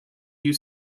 you